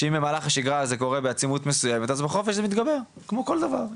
שאם במהלך השגרה זה קורה בעצימות מסוימת אז בחופש זה מתגבר כמו כל דבר,